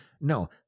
No